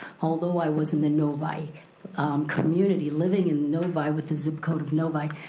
although i was in the novi community, living in novi with a zip code of novi,